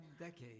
decades